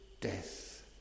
death